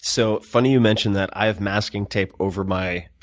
so funny you mention that. i have masking tape over my